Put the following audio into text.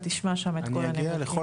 אתה תשמע שם את כל הנתונים.